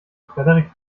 frederik